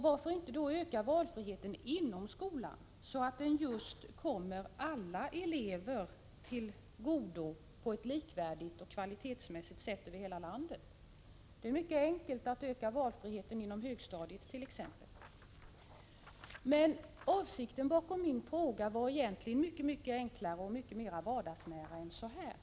Varför då inte öka valfriheten inom skolan, så att den just kommer alla elever till godo på ett kvalitetsmässigt likvärdigt sätt över hela landet? Det är mycket enkelt att öka valfriheten inom högstadiet, t.ex. Men avsikten bakom min interpellation var egentligen mycket enklare och mycket mera vardagsnära än så här.